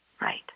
Right